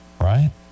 right